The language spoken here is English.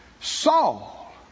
Saul